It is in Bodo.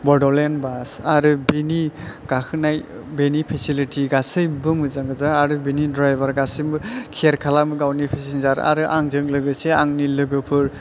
बड'लेण्ड बास आरो बेनि गाखोनाय बेनि फेसिलिटी गासैबो मोजां गोजा आरो बेनि द्रायबार गासैबो केयार खालामो गावनि फेचेनजार आरो आंजों लोगोसे आंनि लोगोफोर